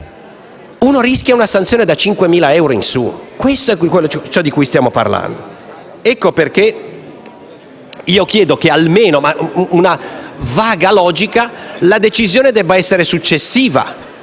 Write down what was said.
rischia una sanzione da 5.000 euro in su. Questo è ciò di cui stiamo parlando. Ecco perché chiedo che, almeno secondo una vaga logica, la decisione debba essere successiva,